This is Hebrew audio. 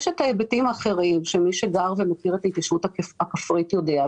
יש את ההיבטים האחרים שמי שגר במסגרת ההתיישבות הכפרית יודע,